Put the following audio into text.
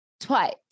twice